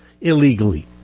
illegally